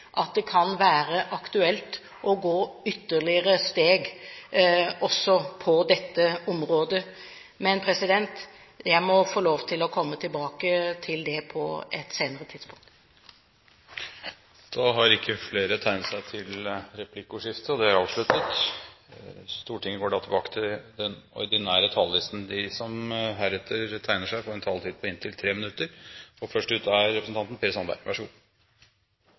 at det kan være aktuelt å gå ytterligere steg på dette området. Men jeg må få lov til å komme tilbake til det på et senere tidspunkt. Replikkordskiftet er dermed avsluttet. De talere som heretter får ordet, har en taletid på inntil 3 minutter. Bare veldig kort: I mitt hovedinnlegg fikk jeg ikke anledning til å gå inn på forslagene nr. 3 og